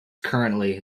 currently